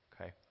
Okay